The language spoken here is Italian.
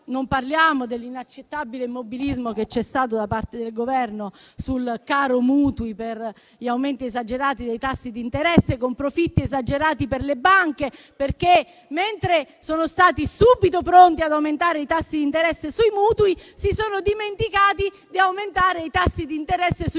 Non parliamo poi dell'inaccettabile immobilismo che c'è stato da parte del Governo sul caro mutui per gli aumenti esagerati dei tassi di interesse, con profitti esagerati per le banche. Infatti, mentre sono stati subito pronti ad aumentare i tassi di interesse sui mutui, si sono dimenticati di aumentare i tassi di interesse sui